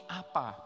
apa